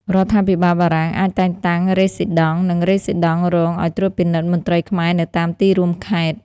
រដ្ឋាភិបាលបារាំងអាចតែងតាំងរេស៊ីដង់ និងរេស៊ីដង់រងឱ្យត្រួតពិនិត្យមន្ត្រីខ្មែរនៅតាមទីរួមខេត្ត។